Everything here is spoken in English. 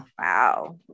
Wow